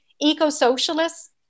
eco-socialists